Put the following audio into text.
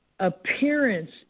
Appearance